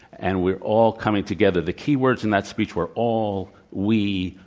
and we're all coming together. the key words in that speech were all, we,